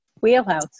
wheelhouse